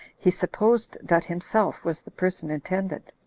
he supposed that himself was the person intended.